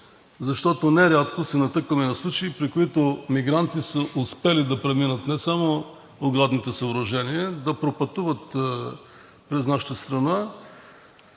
защото не рядко се натъкваме на случаи, при които мигранти са успели да преминат не само оградните съоръжения, да пропътуват през нашата страна